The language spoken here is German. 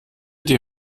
die